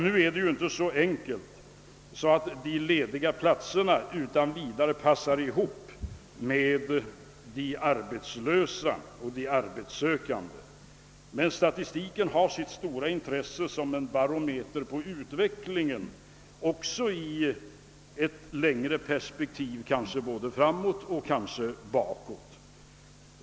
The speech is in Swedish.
Nu är det ju inte så enkelt, att de lediga platserna utan vidare passar ihop med de arbetslösa och de arbetssökan de, men statistiken har sitt stora intresse som en barometer på utvecklingen också i ett längre perspektiv, kanske både framåt och bakåt.